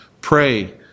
Pray